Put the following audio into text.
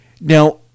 Now